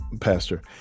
pastor